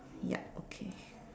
ya okay